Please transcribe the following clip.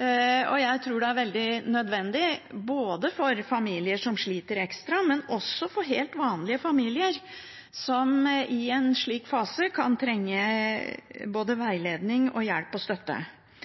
Jeg tror det er veldig nødvendig for familier som sliter ekstra, men også for helt vanlige familier som i en slik fase kan trenge både veiledning, hjelp og støtte.